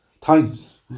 times